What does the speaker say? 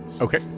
Okay